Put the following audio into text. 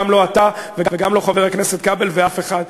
גם לא אתה וגם לא חבר הכנסת כבל ואף אחד,